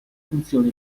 funzione